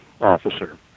officer